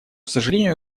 сожалению